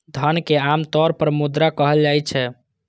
धन कें आम तौर पर मुद्रा कहल जाइ छै